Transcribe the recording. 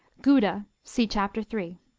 gouda see chapter three.